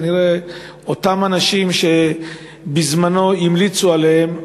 שכנראה אותם אנשים שבזמנו המליצו עליהם,